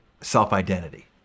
self-identity